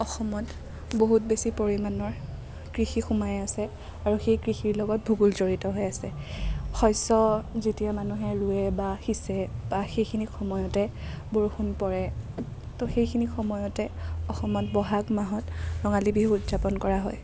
অসমত বহুত বেছি পৰিমাণৰ কৃষি সোমাই আছে আৰু সেই কৃষিৰ লগত ভূগোল জড়িত হৈ আছে শস্য যেতিয়া মানুহে ৰুৱে বা সিঁচে বা সেইখিনি সময়তে বৰষুণ পৰে তো সেইখিনি সময়তে অসমত বহাগ মাহত ৰঙালী বিহু উদযাপন কৰা হয়